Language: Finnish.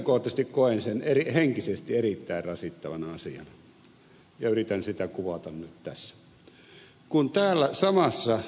henkilökohtaisesti koen sen henkisesti erittäin rasittavana asiana ja yritän sitä nyt kuvata nyt tässä